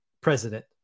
president